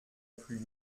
plus